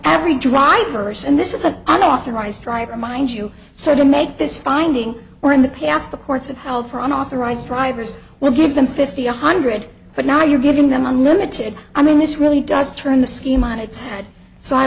every drivers and this isn't an authorized driver mind you so to make this finding we're in the past the courts have held for unauthorised drivers we'll give them fifty one hundred but now you're giving them unlimited i mean this really does turn the scheme on it